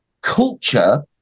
culture